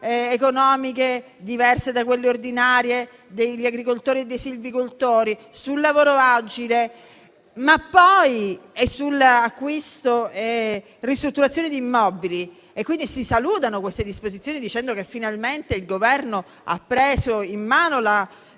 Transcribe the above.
economiche diverse da quelle ordinarie, degli agricoltori e dei silvicoltori, sul lavoro agile e sull'acquisto e sulla ristrutturazione di immobili. Pertanto, si salutano queste disposizioni dicendo che il Governo ha finalmente preso in mano la